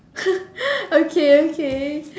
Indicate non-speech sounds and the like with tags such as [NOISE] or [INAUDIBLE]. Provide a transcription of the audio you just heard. [LAUGHS] okay okay